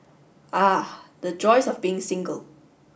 ah the joys of being single